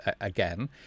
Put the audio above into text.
again